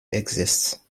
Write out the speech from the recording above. exists